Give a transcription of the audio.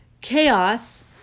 chaos